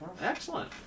Excellent